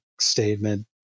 statement